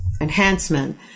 enhancement